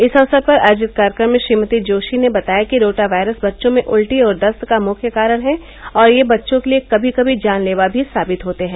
इस अवसर पर आयोजित कार्येक्रम में श्रीमती जोशी ने बताया कि रोटा वायरस बच्चों में उल्टी और दस्त का मुख्य कारण है और यह बच्चों के लिए कभी कभी जानलेवा भी साबित होते हैं